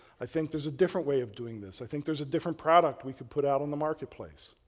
i think there's a different way of doing this. i think there's a different product we could put out on the marketplace,